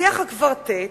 שליח הקוורטט,